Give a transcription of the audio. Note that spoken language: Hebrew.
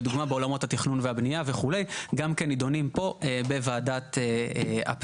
לדוגמה בעולמות התכנון והבנייה וכו' גם כן נדונים פה בוועדת הפנים.